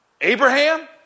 Abraham